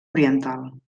oriental